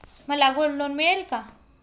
मला gold loan मिळेल का?